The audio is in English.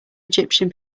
egyptian